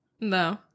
No